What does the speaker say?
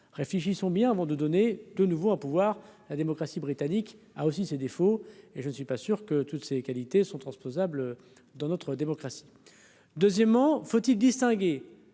réfléchissons bien avant de donner de nouveaux à pouvoir la démocratie britannique a aussi ses défauts, et je ne suis pas sûr que toutes ces qualités sont transposables dans notre démocratie. Deuxièmement, faut-il distinguer